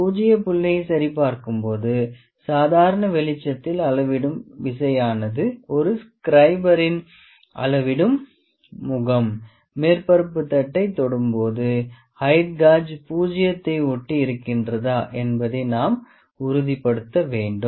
பூஜ்ஜிய புள்ளியை சரிபார்க்கும் போது சாதாரண வெளிச்சத்தில் அளவிடும் விசையானது ஒரு ஸ்கிரைபரின் அளவிடும் முகம் மேற்பரப்புத் தட்டைத் தொடும்போது ஹெயிட் காஜ் பூஜ்ஜியத்தை ஒட்டி இருக்கின்றதா என்பதை நாம் உறுதிப்படுத்த வேண்டும்